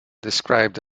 described